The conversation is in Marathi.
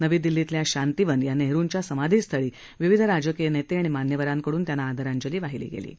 नवी दिल्लीतल्या शांतीवन या नेहरुंच्या समाधीस्थळी विविध राजकीय नेते आणि मान्यवरांकडून त्यांना आदरांजली वाहिली जात आहे